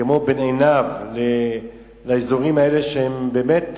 כמו בין עינב לאזורים שהם באמת,